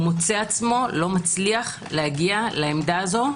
מוצא עצמו לא מצליח להגיע לעמדה הזו,